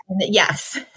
yes